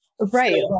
Right